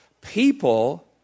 People